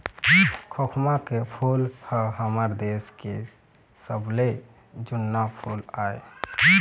खोखमा के फूल ह हमर देश के सबले जुन्ना फूल आय